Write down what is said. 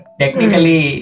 technically